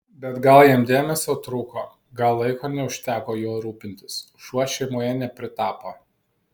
bet gal jam dėmesio trūko gal laiko neužteko juo rūpintis šuo šeimoje nepritapo